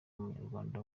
munyarwanda